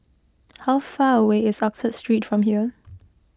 how far away is Oxford Street from here